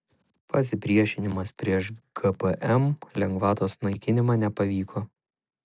pasipriešinimas prieš gpm lengvatos naikinimą nepavyko